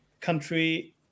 country